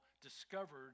discovered